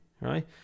right